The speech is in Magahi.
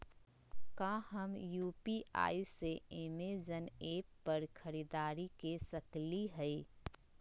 का हम यू.पी.आई से अमेजन ऐप पर खरीदारी के सकली हई?